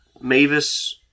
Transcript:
Mavis